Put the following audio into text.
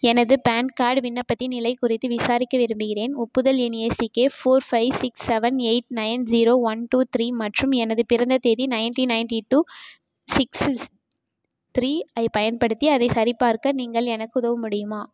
எனது PAN card விண்ணப்பத்தின் நிலை குறித்து விசாரிக்க விரும்புகிறேன் ஒப்புதல் எண் A C K four five six seven eight nine zero one two three மற்றும் எனது பிறந்த தேதி nineteen ninety two six three ஐப் பயன்படுத்தி அதைச் சரிபார்க்க நீங்கள் எனக்கு உதவ முடியுமா